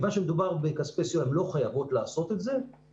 כיוון שמדובר בכספי סיוע הן לא חייבות לעשות את זה אבל